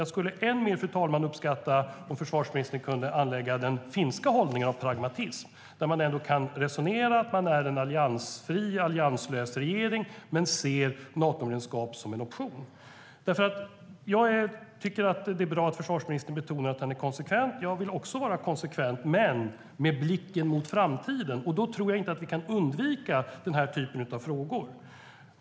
Jag skulle än mer uppskatta om försvarsministern kunde inta den pragmatiska finska hållningen där man ändå kan resonera om att man är en alliansfri regering, men att man ser Natomedlemskap som en option. Jag tycker att det är bra att försvarsministern betonar att han är konsekvent. Jag vill också vara konsekvent, men med blicken mot framtiden. Då tror jag inte att vi kan undvika den här typen av frågor.